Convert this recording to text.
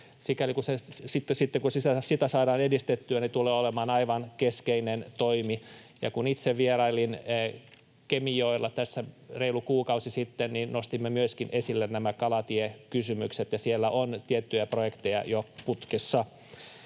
sikäli kuin sitä saadaan edistettyä, tulee olemaan aivan keskeinen toimi, ja kun itse vierailin Kemijoella tässä reilu kuukausi sitten, nostimme myöskin esille nämä kalatiekysymykset. Siellä on tiettyjä projekteja jo putkessa,